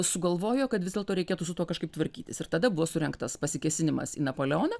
sugalvojo kad vis dėlto reikėtų su tuo kažkaip tvarkytis ir tada buvo surengtas pasikėsinimas į napoleoną